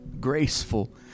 graceful